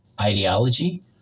ideology